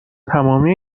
تمامی